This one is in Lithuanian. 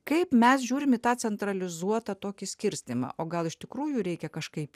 kaip mes žiūrim į tą centralizuotą tokį skirstymą o gal iš tikrųjų reikia kažkaip